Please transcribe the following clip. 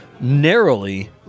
narrowly